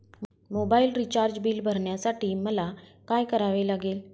Mobile recharge bill भरण्यासाठी मला काय करावे लागेल?